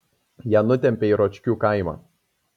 ją nutempė į ročkių kaimą